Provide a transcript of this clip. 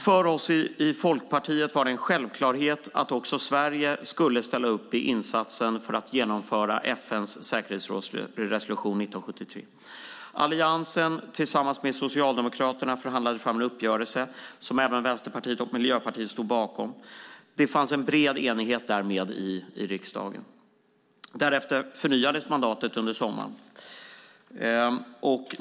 För oss i Folkpartiet var det en självklarhet att också Sverige skulle ställa upp i insatsen för att genomföra FN:s säkerhetsrådsresolution 1973. Alliansen tillsammans med Socialdemokraterna förhandlade fram en uppgörelse som även Vänsterpartiet och Miljöpartiet stod bakom. Det fanns därmed en bred enighet i riksdagen. Därefter förnyades mandatet under sommaren.